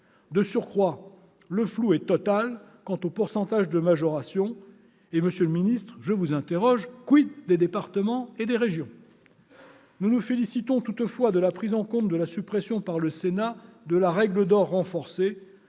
De surcroît, le flou est total quant au pourcentage de majoration. En outre, monsieur le secrétaire d'État, des départements et des régions ? Nous nous félicitons toutefois de la prise en compte de la suppression par le Sénat de la « règle d'or renforcée